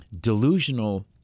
delusional